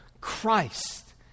Christ